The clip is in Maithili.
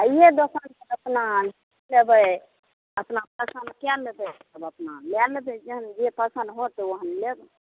आइये दोकान पर अपना देख लेबै अपना पसंद कए लेबै तब अपना लए लेबै जेहन जे पसंद होएत ओहन लेब